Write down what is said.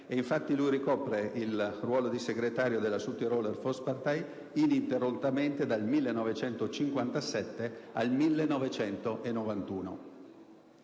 infatti ricopre il ruolo di segretario della Südtiroler Volkspartei ininterrottamente dal 1957 al 1991.